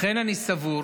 לכן אני סבור